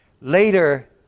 Later